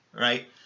right